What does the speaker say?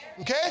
Okay